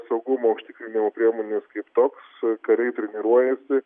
saugumo užtikrinimo priemonės kaip toks kariai treniruojasi